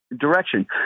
direction